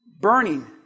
burning